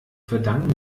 verdanken